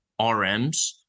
rms